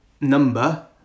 number